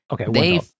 Okay